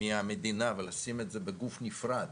מהמדינה ולשים את זה בגוף נפרד